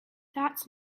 that